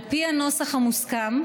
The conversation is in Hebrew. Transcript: על פי הנוסח המוסכם,